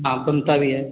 हाँ समता भी है